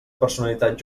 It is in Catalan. personalitat